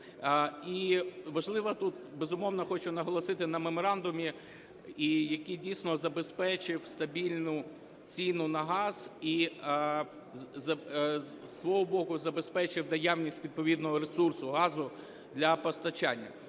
І важливо тут, безумовно, хочу наголосити на Меморандумі, який дійсно забезпечив стабільну ціну на газ і зі свого боку забезпечив наявність відповідного ресурсу газу для постачання.